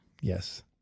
Yes